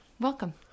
welcome